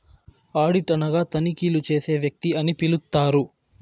audit అనగా తనిఖీలు చేసే వ్యక్తి అని పిలుత్తారు